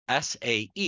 SAE